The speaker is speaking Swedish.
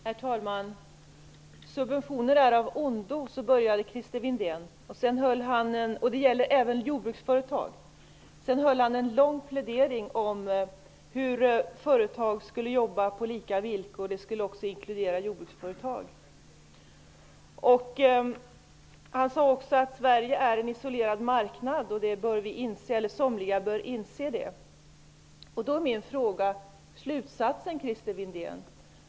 Herr talman! Christer Windén började sitt anförande med att säga att subventioner är av ondo. Det gällde även jordbruksföretag. Sedan höll han en lång plädering om hur företag skall jobba på lika villkor och att det skall inkludera jordbruksföretagare. Christer Windén sade också att somliga bör inse att Sverige är en isolerad marknad. Slutsatsen blir följande, Christer Windén.